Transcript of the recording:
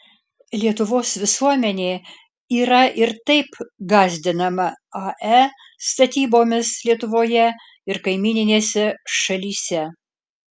lietuvos visuomenė yra ir taip gąsdinama ae statybomis lietuvoje ir kaimyninėse šalyse